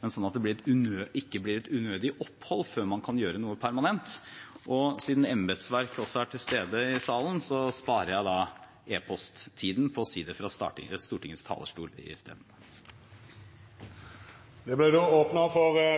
men at det ikke blir et unødig opphold før man kan gjøre noe permanent. Siden embetsverket også er til stede i salen, sparer jeg da e-post-tiden på å si det fra Stortingets talerstol i stedet. Det blir